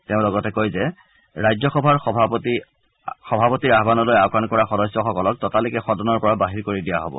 তেওঁ লগতে কয় যে ৰাজ্যসভাৰ সভাপতি আহানলৈ আওকান কৰা সদস্যসকলক ততালিকে সদনৰ পৰা বাহিৰ কৰি দিয়া হব